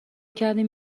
کردیم